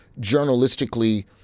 journalistically